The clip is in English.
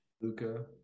Luca